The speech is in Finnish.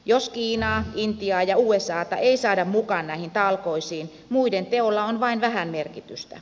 jos kiinaa intiaa ja usata ei saada mukaan näihin talkoisiin muiden teoilla on vain vähän merkitystä